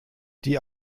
die